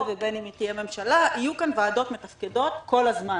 ובין אם תהיה ממשלה יהיו כאן ועדות מתפקדות כל הזמן.